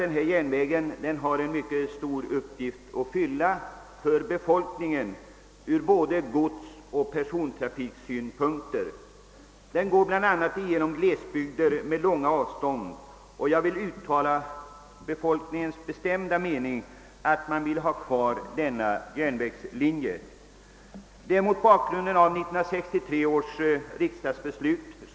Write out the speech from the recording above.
Den järnvägen har en mycket stor uppgift att fylla för befolkningen både när det gäller godsoch persontrafiken, speciellt som den går genom glesbygder med långa avstånd. Jag vill därför poängtera befolkningens bestämda mening att den järnvägslinjen bör vara kvar. Jag gör detta uttalande mot bakgrunden av 1963 års riksdagsbeslut.